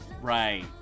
Right